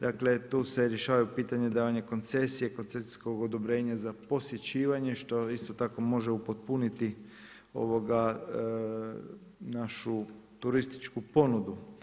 Dakle, tu se rješavaju pitanja davanja koncesije i koncesijskog odobrenja za posjećivanje što isto tako može upotpuniti našu turističku ponudu.